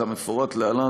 כמפורט להלן,